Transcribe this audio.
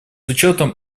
учетом